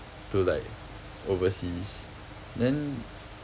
to like overseas then